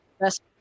best